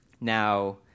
Now